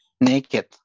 naked